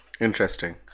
interesting